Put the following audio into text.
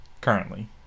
currently